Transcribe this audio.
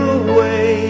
away